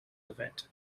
event